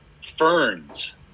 ferns